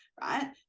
right